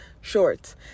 shorts